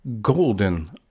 golden